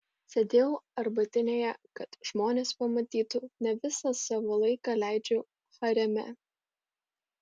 sėdėjau arbatinėje kad žmonės pamatytų ne visą savo laiką leidžiu hareme